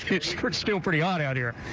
it's still pretty hot out here.